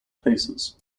places